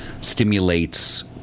stimulates